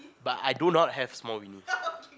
but I do not have small weenie